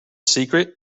secret